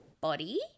body